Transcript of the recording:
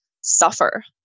suffer